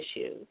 issues